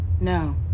No